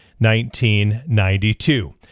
1992